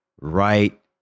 Right